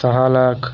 सहा लाख